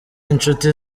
inshuti